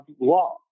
law